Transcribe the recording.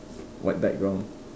white background